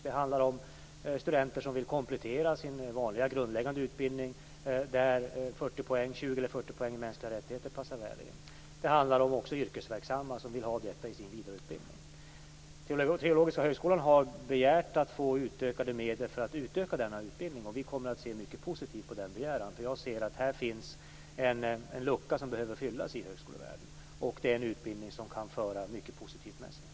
Det handlar om studenter som vill komplettera sin vanliga grundläggande utbildning, där 20 eller 40 poäng i mänskliga rättigheter passar väl in. Det handlar också om yrkesverksamma som vill ha detta i sin vidareutbildning. Teologiska högskolan har begärt att få ökade medel för att utvidga denna utbildning. Vi kommer att se mycket positivt på den begäran, därför att jag ser att här finns en lucka som behöver fyllas i högskolevärlden. Och det är en utbildning som kan föra mycket positivt med sig.